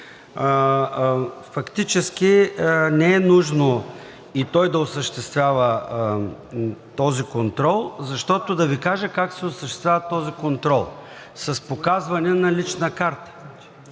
фактически не е нужно и той да осъществява този контрол. Да Ви кажа как се осъществява този контрол – с показване на лична карта,